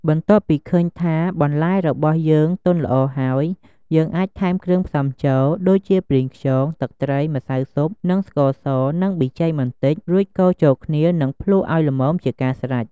បន្ទាប់ពីឃើញថាបន្លែរបស់យើងទន់ល្អហើយ យើងអាចថែមគ្រឿងផ្សំចូល ដូចជាប្រេងខ្យង ទឹកត្រី ម្សៅស៊ុប និងស្ករស និងប៊ីចេងបន្តិច រួចកូរចូលគ្នា និងភ្លក្សឱ្យល្មមជាការស្រេច។